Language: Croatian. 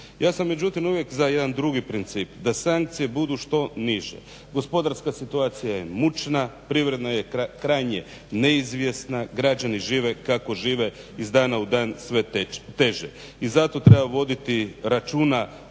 Ja sam međutim uvijek za jedan drugi princip, da sankcije budu što niže. Gospodarska situacija je mučna, privredna je krajnje neizvjesna, građani žive kako žive iz dana u dan sve teže i zato treba voditi računa